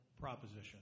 proposition